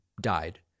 died